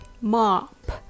mop